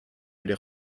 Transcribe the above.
aller